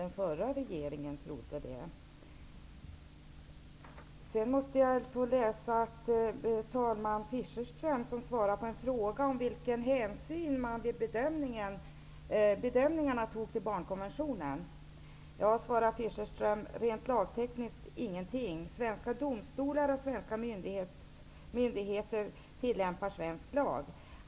Herr talman! Jag vill nämna vad Johan Fischerström svarade på en fråga om vilken hänsyn man vid bedömningarna tog till barnkonventionen. Han svarade: Rent lagtekniskt ingen. Svenska domstolar och svenska myndigheter tillämpar svensk lag.